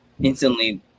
instantly